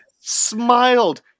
smiled